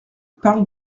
parle